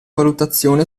valutazione